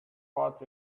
out